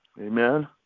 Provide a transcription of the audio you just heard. Amen